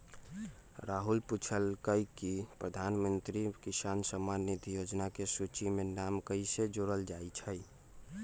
राहुल पूछलकई कि प्रधानमंत्री किसान सम्मान निधि योजना के सूची में नाम कईसे जोरल जाई छई